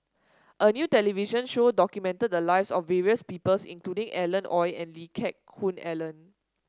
a new television show documented the lives of various people including Alan Oei and Lee Geck Hoon Ellen